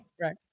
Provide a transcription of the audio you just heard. right